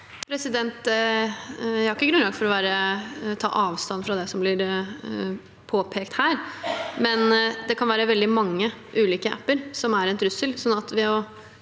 Jeg har ikke grunnlag for å ta avstand fra det som blir påpekt her. Men det kan være veldig mange ulike apper som er en trussel, så ved å